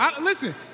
Listen